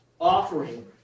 offering